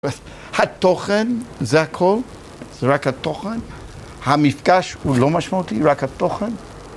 התוכן זה הכל, זה רק התוכן, המפגש הוא לא משמעותי, רק התוכן.